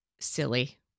silly